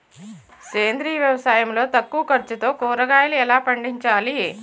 సేంద్రీయ వ్యవసాయం లో తక్కువ ఖర్చుతో కూరగాయలు ఎలా పండించాలి?